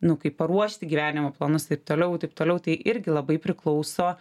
nu kai paruošti gyvenimo planus tai toliau taip toliau tai irgi labai priklauso